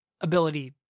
ability